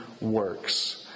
works